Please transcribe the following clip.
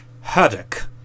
Haddock